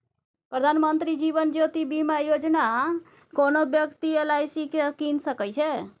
प्रधानमंत्री जीबन ज्योती बीमा योजना कोनो बेकती एल.आइ.सी सँ कीन सकै छै